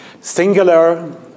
singular